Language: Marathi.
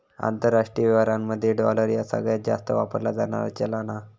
आंतरराष्ट्रीय व्यवहारांमध्ये डॉलर ह्या सगळ्यांत जास्त वापरला जाणारा चलान आहे